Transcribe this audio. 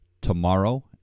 tomorrow